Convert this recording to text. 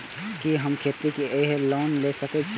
कि हम खेती के लिऐ लोन ले सके छी?